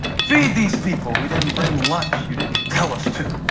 feed these people. we didn't bring lunch. you didn't tell us to.